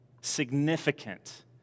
significant